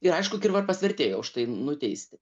ir aišku kirvarpas vertėjo už tai nuteisti